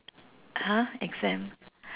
!huh! exam